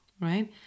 Right